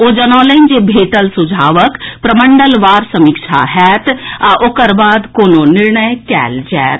ओ जनौलनि जे भेटल सुझावक प्रमंडलवार समीक्षा होएत आ ओकर बाद कोनो निर्णय कएल जाएत